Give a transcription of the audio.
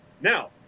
now